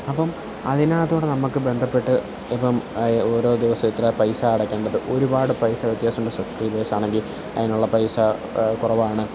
അപ്പോള് അതിനാത്തൂടെ നമ്മള്ക്കു ബന്ധപ്പെട്ട് ഇപ്പോള് ഓരോ ദിവസം ഇത്ര പൈസ അടക്കേണ്ടത് ഒരുപാട് പൈസ വ്യത്യാസമുള്ള സബ്ക്രൈബേർസ് ആണെങ്കില് അതിനുള്ള പൈസ കുറവാണ്